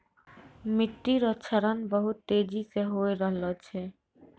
मिट्टी रो क्षरण बहुत तेजी से होय रहलो छै